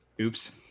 Oops